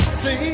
See